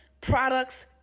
products